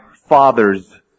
father's